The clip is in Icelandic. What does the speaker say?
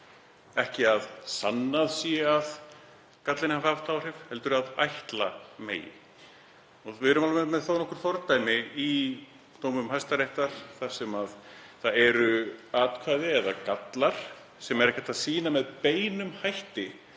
ekki að sannað sé að gallinn hafi haft áhrif heldur að ætla megi. Við erum með þó nokkur fordæmi í dómum Hæstaréttar þar sem það eru atkvæði eða gallar sem ekki er hægt að sýna fram á með beinum hætti